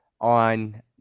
on